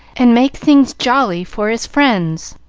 and make things jolly for his friends.